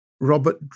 Robert